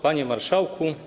Panie Marszałku!